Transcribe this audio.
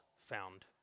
found